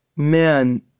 Man